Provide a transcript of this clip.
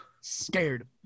scared